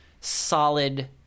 solid